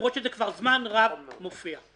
למרות שזה כבר זמן רב מופיע.